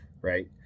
Right